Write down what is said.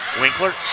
Winkler